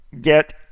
get